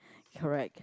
correct